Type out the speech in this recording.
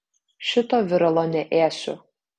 šito viralo neėsiu